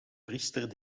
priester